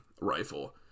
rifle